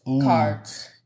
cards